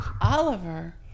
Oliver